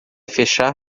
fechar